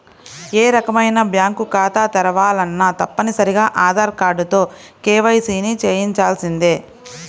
ఏ రకమైన బ్యేంకు ఖాతా తెరవాలన్నా తప్పనిసరిగా ఆధార్ కార్డుతో కేవైసీని చెయ్యించాల్సిందే